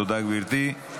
תודה, גברתי.